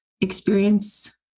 experience